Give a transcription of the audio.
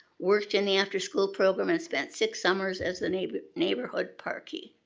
worked in the after school program and spent six summers as the neighborhood neighborhood parkee.